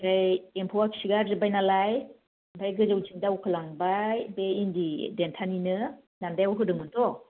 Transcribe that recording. आमफ्राय एमफौआ खिगार जोबबायनालाय आमफ्राय गोजौथिं दावखो लांबाय बे इन्दि देन्थानिनो दान्दायाव होदोंमोनथ'